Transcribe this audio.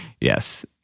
yes